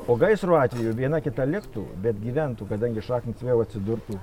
o gaisro atveju viena kita liktų bet gyventų kadangi šaknys vėl atsidurtų